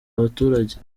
abaturage